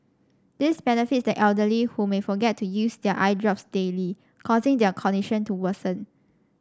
this benefits the elderly who may forget to use their eye drops daily causing their condition to worsen